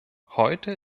heute